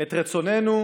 את רצוננו